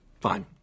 Fine